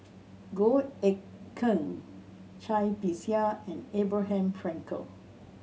Goh Eck Kheng Cai Bixia and Abraham Frankel